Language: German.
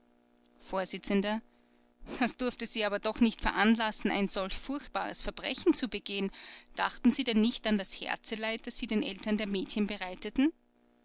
vors das durfte sie aber doch nicht veranlassen ein solch furchtbares verbrechen zu begehen dachten sie denn nicht an das herzeleid das sie den eltern der mädchen bereiteten